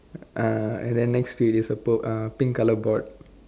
uh and then next to it is a bo uh pink colour board